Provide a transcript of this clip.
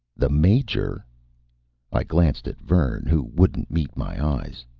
the major? i glanced at vern, who wouldn't meet my eyes.